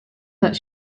that